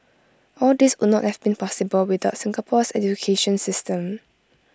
all these would not have been possible without Singapore's education system